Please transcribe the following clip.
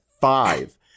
five